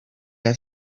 had